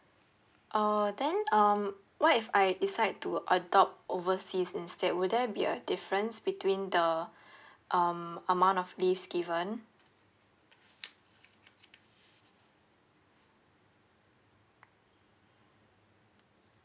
uh then um what if I decide to adopt overseas instead will there be a difference between the um amount of leaves given